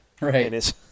right